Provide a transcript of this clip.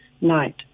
night